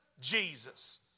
Jesus